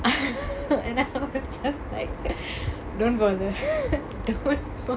and I was just like don't bother don't bother